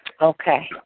Okay